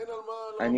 אין על מה לעמוד.